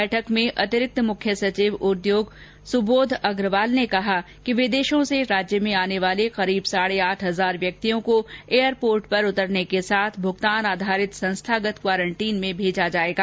बैठक में अतिरिक्त मुख्य सचिव उद्योग सुबोध अग्रवाल ने कहा कि विदेशों र्स राज्य में आने वाले करीब साढे आठ हजार व्यक्तियों को एयरपोर्ट पर उतरने के साथ भुगतान आधारित संस्थागत क्वारंटीन में भेजा जाएगा